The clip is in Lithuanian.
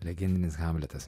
legendinis hamletas